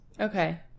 okay